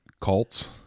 cults